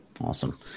Awesome